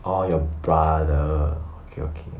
orh your brother okay okay